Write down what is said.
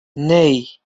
nee